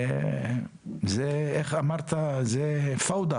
איך אמרת, זה כאוס.